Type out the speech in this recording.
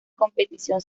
competición